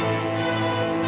and